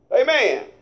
Amen